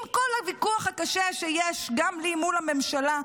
עם כל הוויכוח הקשה שיש גם לי מול הממשלה,